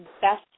best